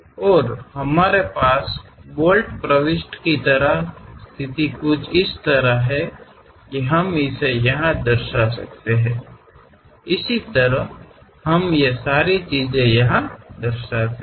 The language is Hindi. और हमारे पास बोल्ट प्रविष्टि की तरह की स्थिति कुछ इसतरह है कि हम इसे यहां दर्शा सकते हैं इसी तरह हम ये सारी चिजे यहा पर दर्शाते है